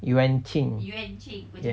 yuan ching ya